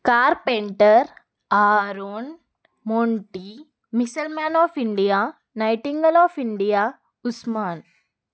carpenter Arun మోంటి missile man of India nightingale of India Osman